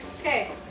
Okay